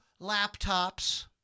laptops